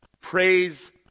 Praise